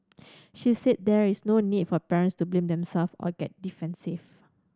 she said there is no need for parents to blame themself or get defensive